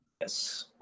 yes